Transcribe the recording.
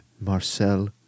Marcel